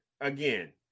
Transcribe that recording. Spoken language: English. again